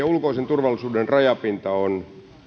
ulkoisen turvallisuuden rajapinta on